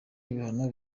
ibihano